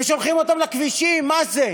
ושולחים אותם לכבישים מה זה?